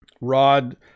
Rod